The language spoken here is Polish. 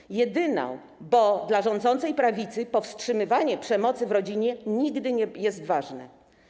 Jest jedyną, bo dla rządzącej prawicy powstrzymywanie przemocy w rodzinie nigdy nie jest ważne.